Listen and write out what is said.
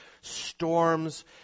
storms